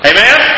Amen